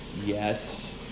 Yes